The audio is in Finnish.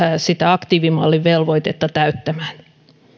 sitä aktiivimallin velvoitetta täyttämään